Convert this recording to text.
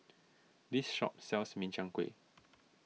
this shop sells Min Chiang Kueh